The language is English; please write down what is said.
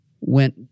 went